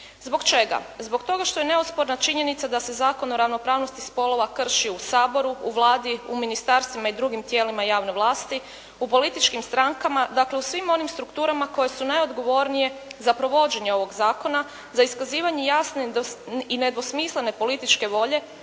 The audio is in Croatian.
Zbog čega? Zbog toga što je neosporna činjenica da se Zakon o ravnopravnosti spolova krši u Saboru, u Vladi, u ministarstvima i drugim tijelima javne vlasti, u političkim strankama, dakle u svim onim strukturama koje su najodgovornije za provođenje ovog zakona, za iskazivanje jasne i nedvosmislene političke volje,